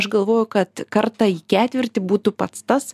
aš galvoju kad kartą į ketvirtį būtų pats tas